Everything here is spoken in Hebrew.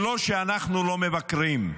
לא שאנחנו לא מבקרים,